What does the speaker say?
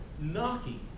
knocking